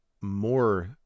more